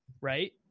right